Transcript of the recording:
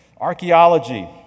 Archaeology